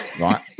right